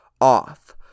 off